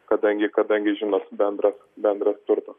kadangi kadangi žinot bendras bendras turtas